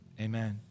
Amen